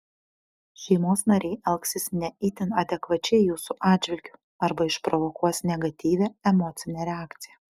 šeimos nariai elgsis ne itin adekvačiai jūsų atžvilgiu arba išprovokuos negatyvią emocinę reakciją